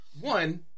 One